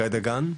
גיא דגן?